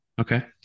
Okay